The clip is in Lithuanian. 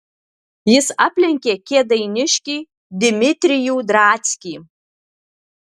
jis aplenkė kėdainiškį dimitrijų drackį